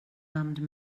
armed